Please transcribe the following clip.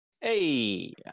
Hey